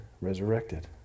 resurrected